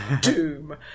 Doom